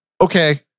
okay